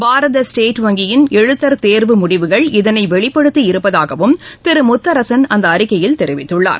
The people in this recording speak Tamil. பாரத் ஸ்டேட் வங்கியின் எழுத்தர் தேர்வு முடிவுகள் இதனை வெளிப்படுத்தி இருப்பதாகவும் திரு முத்தரசன் அந்த அறிக்கையில் தெரிவித்துள்ளார்